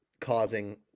causing